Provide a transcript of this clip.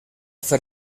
fer